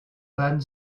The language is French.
panne